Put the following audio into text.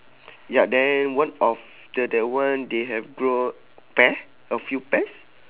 ya then one of the that one they have grow pear a few pears